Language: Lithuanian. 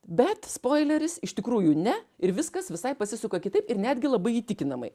bet spoileris iš tikrųjų ne ir viskas visai pasisuka kitaip ir netgi labai įtikinamai